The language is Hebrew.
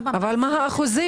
אבל מה האחוזים?